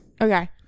Okay